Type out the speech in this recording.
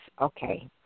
Okay